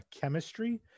chemistry